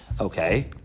Okay